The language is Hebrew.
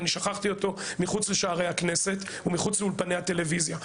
שכחתי אותו מחוץ לשערי הכנסת ואולפני הטלוויזיה.